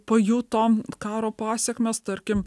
pajuto karo pasekmes tarkim